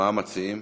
מה מציעים?